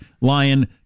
lion